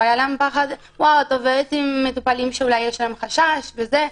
היה להן פחד שאני עובדת עם מטופלים שאולי יש להם חשש וזה.